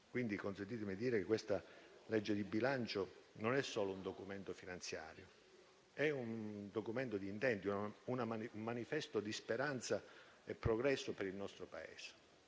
quindi di dire che questa legge di bilancio non è solo un documento finanziario, ma è un documento di intenti, un manifesto di speranza e progresso per il nostro Paese,